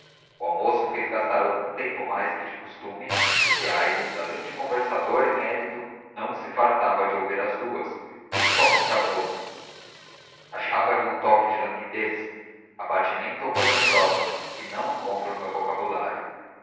o almoço fez gastar algum tempo mais que de costume porque aires além de conversador emérito não se fartava de ouvir as duas principalmente a moça achava lhe um toque de languidez abatimento ou cousa próxima que não encontro no meu vocabulário